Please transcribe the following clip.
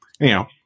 Anyhow